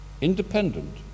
independent